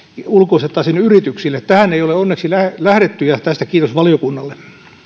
ulkoistettaisiin yrityksille kuten jotkut jopa esittivät tähän ei ole onneksi lähdetty ja tästä kiitos valiokunnalle